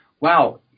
wow